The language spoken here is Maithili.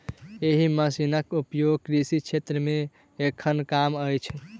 एहि मशीनक उपयोग कृषि क्षेत्र मे एखन कम अछि